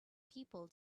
people